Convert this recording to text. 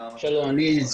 בבקשה.